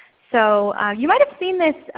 so you might have seen this,